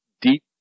deep